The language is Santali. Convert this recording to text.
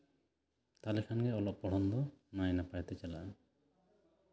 ᱛᱟᱦᱞᱮ ᱠᱷᱟᱱᱜᱮ ᱚᱞᱚᱜ ᱯᱚᱲᱦᱚᱱ ᱫᱚ ᱱᱟᱭ ᱱᱟᱯᱟᱭ ᱛᱮ ᱪᱟᱞᱟᱜᱼᱟ